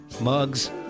mugs